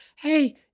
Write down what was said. hey